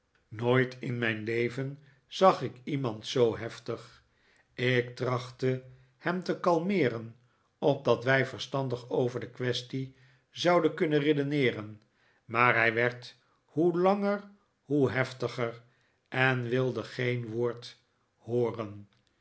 nooit in mijn leven zag ik iemand zoo heftig ik trachtte hem te kalmeeren opdat wij verstandig over de kwestie zouden kunnen redeneeren maar hij werd hoe langer hoe heftiger en wilde geen woord hooren